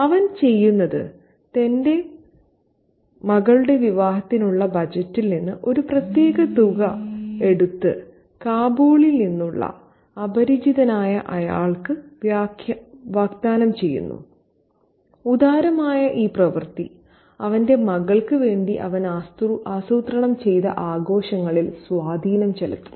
അവൻ ചെയ്യുന്നത് തന്റെ മകളുടെ വിവാഹത്തിനുള്ള ബജറ്റിൽ നിന്ന് ഒരു പ്രത്യേക തുക എടുത്ത് കാബൂളിൽ നിന്നുള്ള അപരിചിതനായ ആൾക്ക് വാഗ്ദാനം ചെയ്യുന്നു ഉദാരമായ ഈ പ്രവൃത്തി അവന്റെ മകൾക്ക് വേണ്ടി അവൻ ആസൂത്രണം ചെയ്ത ആഘോഷങ്ങളിൽ സ്വാധീനം ചെലുത്തുന്നു